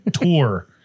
tour